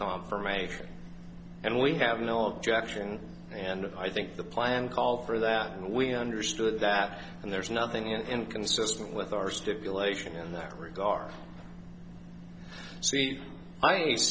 confirmation and we have no objection and i think the plan called for that we understood that and there is nothing and consistent with our stipulation in that regard so i